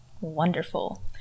Wonderful